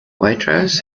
waitrose